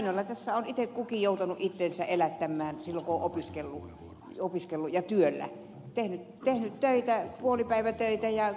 lainoilla tässä on itse kukin joutunut itsensä elättämään silloin kun on opiskellut ja työllä tehnyt töitä puolipäivätöitä ja opiskellut ja ottanut lainaa